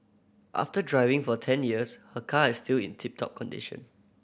after driving for ten years her car is still in tip top condition